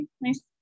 nice